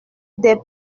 des